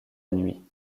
nuit